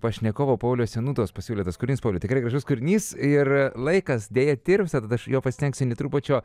pašnekovo pauliaus senūtos pasiūlytas kūrinys pauliau tikrai gražus kūrinys ir laikas deja tirpsta tad aš jo pasistengsiu nė trupučio